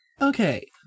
Okay